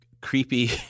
creepy